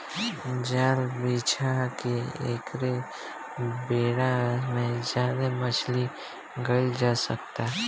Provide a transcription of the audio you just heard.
जाल बिछा के एके बेरा में ज्यादे मछली धईल जा सकता